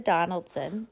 Donaldson